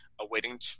awaiting